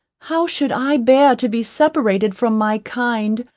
how should i bear to be separated from my kind,